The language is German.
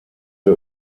wir